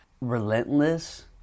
relentless